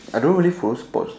I don't really follow sports though